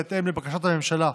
בהתאם לבקשת הממשלה.